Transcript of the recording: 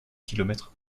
kilomètre